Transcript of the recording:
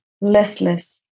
listless